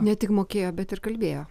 ne tik mokėjo bet ir kalbėjo